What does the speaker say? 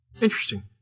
Interesting